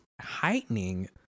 heightening